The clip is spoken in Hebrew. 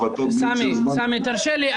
--- סמי, תרשה לי.